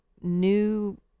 new